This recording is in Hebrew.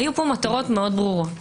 היו פה מטרות מאוד ברורות.